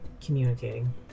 communicating